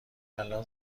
الان